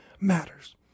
matters